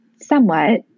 somewhat